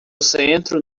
centro